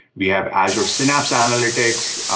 we have azure synapse analytics.